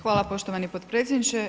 Hvala poštovani potpredsjedniče.